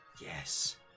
Yes